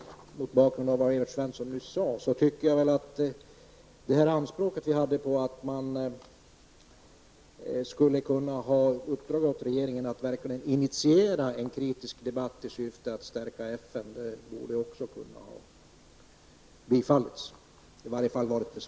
Mot bakgrund av vad Evert Svensson nyss sade tycker jag att anspråket vi hade på att man skulle ha kunnat uppdra åt regeringen att verkligen initiera en kritisk debatt i syfte att stärka FN borde ha bifallits.